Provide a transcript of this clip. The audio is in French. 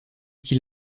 qu’il